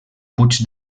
puig